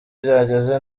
byagenze